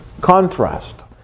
contrast